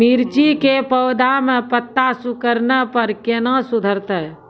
मिर्ची के पौघा मे पत्ता सिकुड़ने पर कैना सुधरतै?